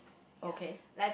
okay